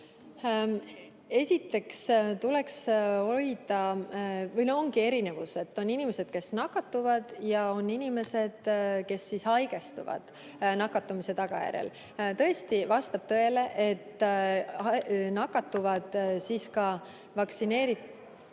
Esiteks, siin ongi erinevus: inimesed, kes nakatuvad, ja inimesed, kes haigestuvad nakatumise tagajärjel. Tõesti vastab tõele, et nakatuvad ka vaktsineeritud